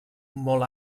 molt